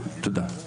תודה.